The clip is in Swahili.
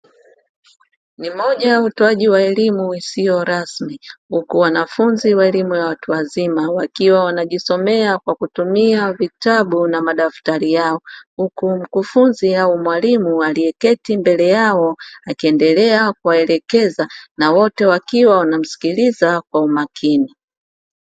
Ni moja ya utoaji wa elimu isiyo rasmi, huku wanafunzi wa elimu ya watu wazima wakiwa wanajisomea kwa kutumia vitabu na madaftari yao, huku mkufunzi au mwalimu aliyeketi mbele yao akiendelea kuwaelekeza, na wote wakiwa wanamsikiliza kwa umakini.